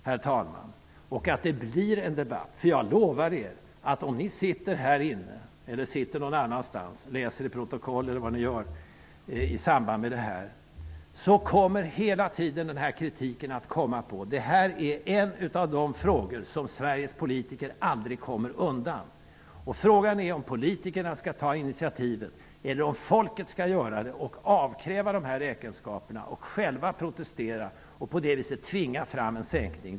Jag lovar er att den här kritiken kommer att återkomma vare sig ni sitter härinne nu, någon annanstans eller läser i protokollet. Detta är en av de frågor som Sveriges politiker aldrig kommer undan. Frågan är om politikerna skall ta initiativet eller om folket skall göra det och avkräva räkenskaper, protestera och på det viset tvinga fram en sänkning av partistödet.